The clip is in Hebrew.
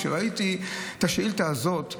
כשראיתי את השאילתה הזאת אמרתי: